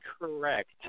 correct